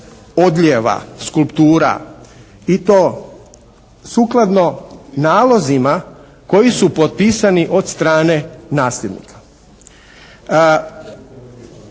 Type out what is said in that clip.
odlijeva skulptura i to sukladno nalozima koji su potpisani od strane nasljednika.